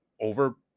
over